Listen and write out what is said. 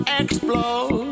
explode